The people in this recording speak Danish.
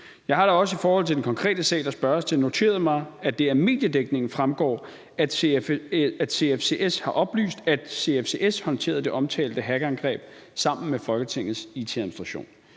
Jeg har da også i forhold til den konkrete sag, der spørges til, noteret mig, at det af mediedækningen fremgår, at CFCS har oplyst, at CFCS håndterede det omtalte hackerangreb sammen med Folketingets it-administration.